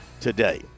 today